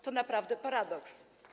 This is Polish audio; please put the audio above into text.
To naprawdę paradoks.